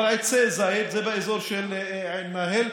אבל עצי זית, זה באזור עין מאהל.